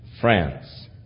France